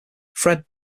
fred